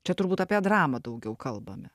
čia turbūt apie dramą daugiau kalbame